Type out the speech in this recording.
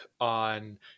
on